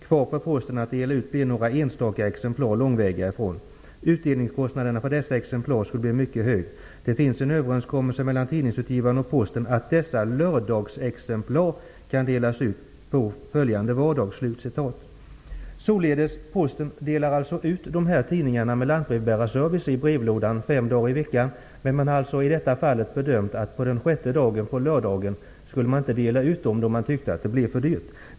Kvar för Posten att dela ut blir några enstaka exemplar långväga ifrån. Utdelningskostnaden för dessa exemplar skulle bli mycket hög. Det finns en överenskommelse mellan tidningsutgivarna och Posten att dessa lördagsexemplar kan delas ut på följande vardag.'' Posten delar således ut dessa tidningar fem dagar i veckan i brevlådan med lantbrevbärarservice, men man har i detta fall bedömt att man inte skall dela ut dem den sjätte dagen, lördagen, eftersom det blir för dyrt.